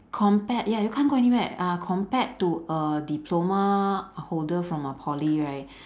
compared ya you can't go anywhere uh compared to a diploma holder from a poly right